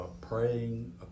praying